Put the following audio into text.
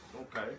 okay